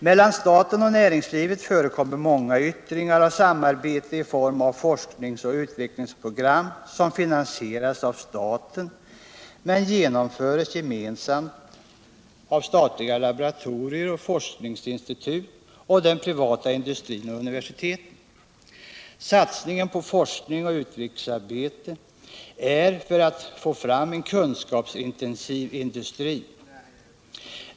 Mellan staten och näringslivet förekommer många yttringar av samarbete i form av forskningsoch utvecklingsprogram som finansieras av staten men genomförs gemensamt av statliga laboratorier och forskningsinstitut och den privata industrin och universiteten. Satsningen på forskning och utvecklingsarbete görs för att få fram en kunskapsintensiv industri.